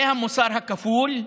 זה המוסר הכפול,